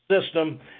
system